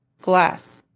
glass